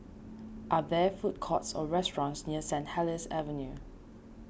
are there food courts or restaurants near St Helier's Avenue